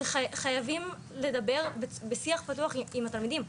חייבים לדבר בשיח פתוח עם התלמידים.